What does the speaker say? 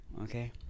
Okay